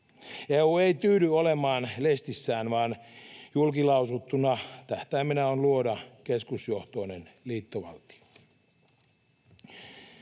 EU ei tyydy olemaan lestissään, vaan julkilausuttuna tähtäimenä on luoda keskusjohtoinen liittovaltio.